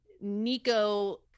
Nico